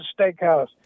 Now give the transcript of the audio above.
Steakhouse